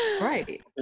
Right